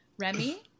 remy